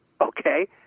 Okay